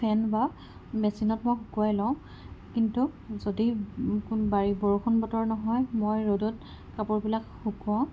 ফেন বা মেচিনত মই শুকোৱাই লওঁ কিন্তু যদি বৰষুণ বতৰ নহয় মই ৰ'দত কাপোৰবিলাক শুকোৱাওঁ